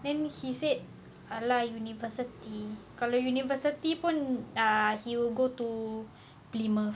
then he said !alah! university kalau university pun uh he will go to plymouth